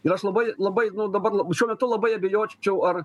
ir aš labai labai nu dabar šiuo metu labai abejočiau ar